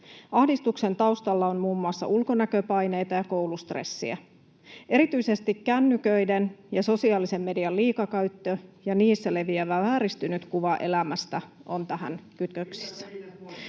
Ahdistuksen taustalla on muun muassa ulkonäköpaineita ja koulustressiä. Erityisesti kännyköiden ja sosiaalisen median liikakäyttö ja niissä leviävä vääristynyt kuva elämästä on tähän kytköksissä.